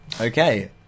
Okay